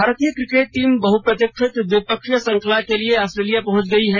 भारतीय cricket team बहुप्रतिक्षित द्विपक्षीय श्रृंखला के लिए आस्ट्रेलिया पहुंच गई है